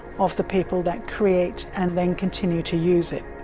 of the people that create and then continue to use it.